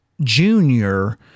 Junior